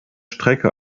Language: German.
strecke